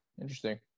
interesting